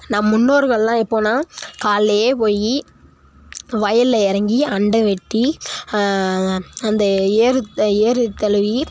நம் முன்னோர்கள்லாம் எப்போதுனா காலைலையே போய் வயலில் இறங்கி அண்டை வெட்டி அந்த ஏறு ஏறு தழுவி